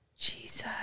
Jesus